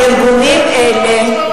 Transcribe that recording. מה שהיא אמרה עכשיו,